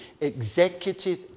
executive